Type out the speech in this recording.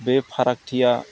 बे फारागथिया